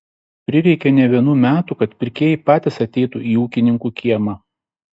prireikė ne vienų metų kad pirkėjai patys ateitų į ūkininkų kiemą